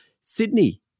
Sydney